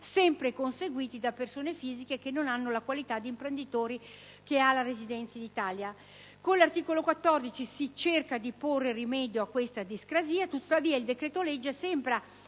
sempre conseguiti da persone fisiche non aventi la qualità di imprenditore ed aventi la residenza in Italia. Con l'articolo 14 si cerca di porre rimedio a tale discrasia. Tuttavia il decreto-legge sembra